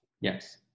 Yes